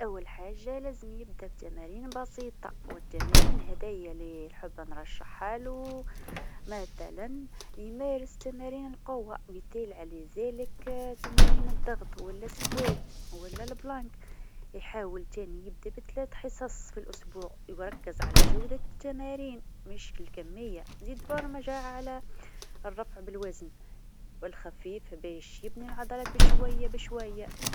أول حاجه لازم يبدا بتمارين بسيطه، والتمارين هذيا اللي نحب نرشحهالو مثلا يمارس تمارين القوه مثال على ذلك تمارين الضغط و لا سكوات ولا البلانك، يحاول زاده يبدا بثلاثه حصص في الأسبوع ويركز على جودة التمارين مش في الكميه، زيد ينجم يركز على رفع الأوزان الخفيفه باش يبني العضلات بشويه بشويه.